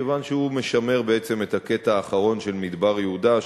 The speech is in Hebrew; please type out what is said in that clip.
כי הוא משמר את הקטע האחרון של מדבר יהודה,